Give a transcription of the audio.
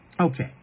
Okay